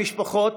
המשפחות,